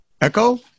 Echo